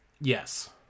Yes